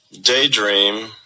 daydream